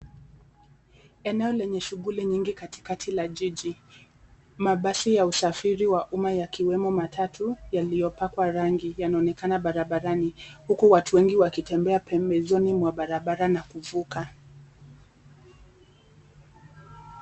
Eneo lenye shughuli nyingi kati kati la jiji mabasi ya usafiri wa umma yakiwemo matatu yaliyo pakwa rangi yanaonekana barabarani huku watu wengi wakitembea pembezoni mwa barabara na kuvuka.